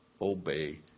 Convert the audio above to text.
obey